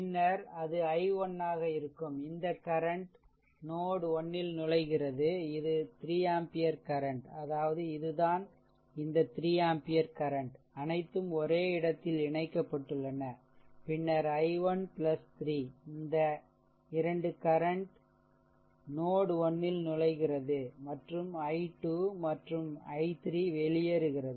பின்னர் அது i1 ஆக இருக்கும் இந்த கரண்ட் நோட் 1 இல் நுழைகிறது இது 3 ஆம்பியர் கரண்ட் அதாவது இதுதான் இந்த 3 ஆம்பியர் கரண்ட் அனைத்தும் ஒரே இடத்தில் இணைக்கப்பட்டுள்ளன பின்னர் I1 3 இந்த 2 கரண்ட் நோட் 1 நுழைகிறது மற்றும் i2மற்றும் i3வெளியேறுகிறது